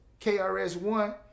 KRS-One